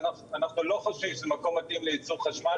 אנחנו לא חושבים שזה מקום מתאים לייצור חשמל,